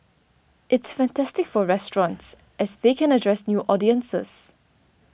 it's fantastic for restaurants as they can address new audiences